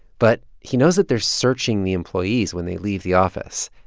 but he knows that they're searching the employees when they leave the office.